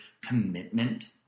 commitment